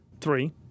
three